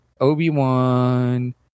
Obi-Wan